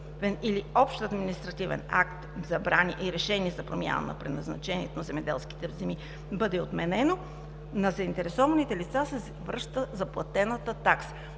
или общ административен акт, забрани и решения за промяна на предназначението на земеделските земи и бъде отменено, на заинтересованите лица се връща заплатената такса.